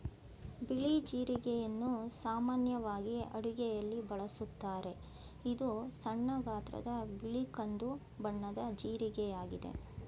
ಬಿಳಿ ಜೀರಿಗೆಯನ್ನು ಸಾಮಾನ್ಯವಾಗಿ ಅಡುಗೆಯಲ್ಲಿ ಬಳಸುತ್ತಾರೆ, ಇದು ಸಣ್ಣ ಗಾತ್ರದ ಬಿಳಿ ಕಂದು ಬಣ್ಣದ ಜೀರಿಗೆಯಾಗಿದೆ